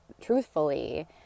truthfully